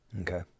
Okay